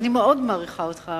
אני מאוד מעריכה אותך,